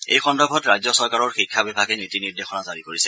এই সন্দৰ্ভত ৰাজ্য চৰকাৰৰ শিক্ষা বিভাগে নীতি নিৰ্দেশনা জাৰি কৰিছে